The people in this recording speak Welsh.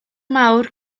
mawr